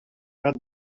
gat